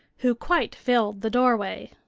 who quite filled the doorway.